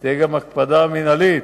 תהיה גם הקפדה מינהלית